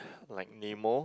like Nemo